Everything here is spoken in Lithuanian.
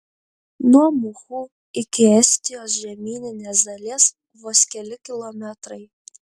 nuo muhu iki estijos žemyninės dalies vos keli kilometrai